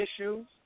issues